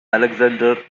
alexander